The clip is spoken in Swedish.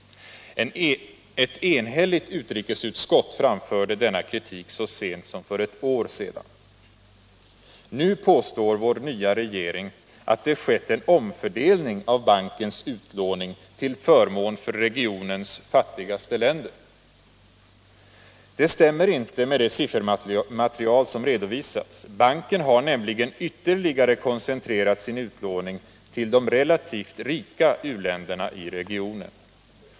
Ett enhälligt utrikesutskott framförde denna kritik så sent som för ett år sedan. Nu påstår vår nya regering att det skett en omfördelning av bankens utlåning till förmån för regionens fattigaste länder. Det stämmer inte med det siffermaterial som redovisas. Banken har nämligen ytterligare koncentrerat sin utlåning till de relativt rika u-länderna i regionen.